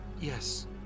Yes